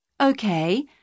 okay